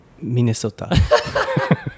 Minnesota